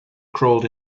crawled